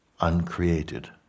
uncreated